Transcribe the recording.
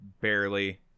Barely